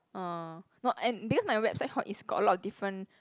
uh not and because my website hor is got a lot of different